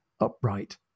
upright